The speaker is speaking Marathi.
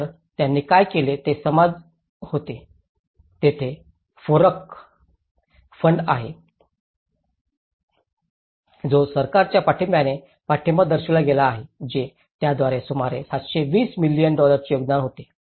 तर त्यांनी काय केले ते समाज होते तेथे फोरक फंड आहे जो सरकारच्या पाठिंब्याने पाठिंबा दर्शविला गेला आहे जे त्याद्वारे सुमारे 720 मिलियन डॉलर्सचे योगदान आहे